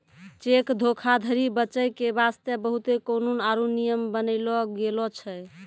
cheque धोखाधरी बचै के बास्ते बहुते कानून आरु नियम बनैलो गेलो छै